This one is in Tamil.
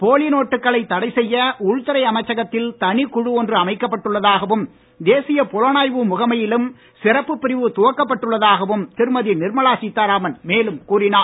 போலி நோட்டுகளை தடை செய்ய உள்துறை அமைச்சகத்தில் தனிக் குழு ஒன்று அமைக்கப்பட்டுள்ளதாகவும் தேசிய புலனாய்வு முகமையிலும் சிறப்பு பிரிவு துவக்கப்பட்டுள்ளதாகவும் திருமதி நிர்மலா சீதாராமன் மேலும் கூறினார்